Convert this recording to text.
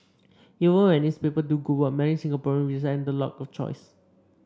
even when its paper do good work many Singaporeans resent the lack of choice